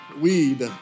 Weed